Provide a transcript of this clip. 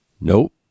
nope